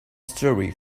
story